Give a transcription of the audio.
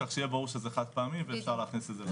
כך שיהיה ברור שזה חד-פעמי ואפשר להכניס את זה.